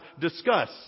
discuss